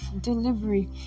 delivery